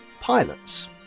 pilots